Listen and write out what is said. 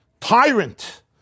tyrant